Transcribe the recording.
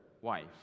wife